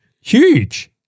Huge